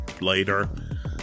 later